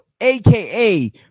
aka